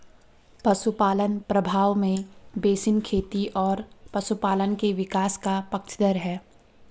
पशुपालन प्रभाव में बेसिन खेती और पशुपालन के विकास का पक्षधर है